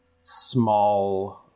small